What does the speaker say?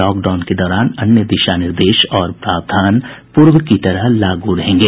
lockdown के दौरान अन्य दिशा निर्देश और प्रावधान पूर्व की तरह लागू रहेंगे